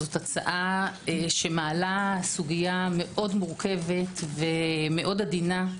זו הצעה שמעלה סוגיה מאוד מורכבת ועדינה,